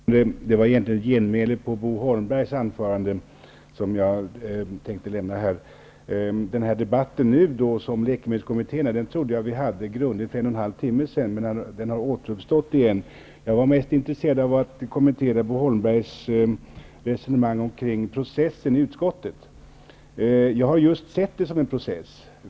Herr talman! Jag tänkte ge en replik på Bo Holmbergs anförande. Debatten om läkemedelskommittéerna trodde jag att vi förde grundligt för en och en halv timme sedan, men den har återuppstått. Jag var mest intresserad av att kommentera Bo Holmbergs resonemang om processen i utskottet. Jag har just sett det som en process.